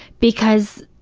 because